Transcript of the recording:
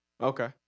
Okay